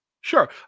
Sure